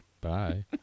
bye